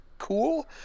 Cool